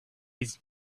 his